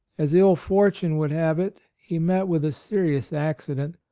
as ill fortune would have it, he met with a serious accident,